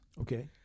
Okay